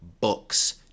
books